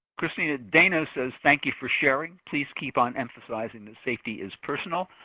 kristina, dana says thank you for sharing, please keep on emphasizing safety is personal.